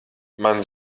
man